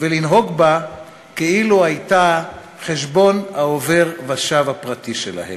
ולנהוג בה כאילו הייתה חשבון העובר-ושב הפרטי שלהם.